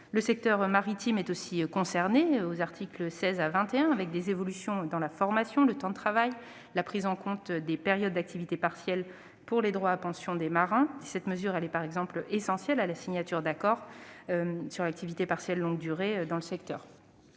Le secteur maritime est aussi concerné- c'est l'objet des articles 16 à 21 -, avec des évolutions dans la formation, le temps de travail et la prise en compte des périodes d'activité partielle pour les droits à pension des marins. Cette mesure est par exemple essentielle à la signature d'accords relatifs à l'activité partielle de longue durée (APLD) dans le secteur.